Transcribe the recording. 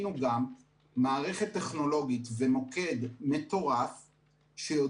בנינו גם מערכת טכנולוגית ומוקד שיודע